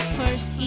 first